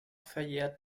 verjährt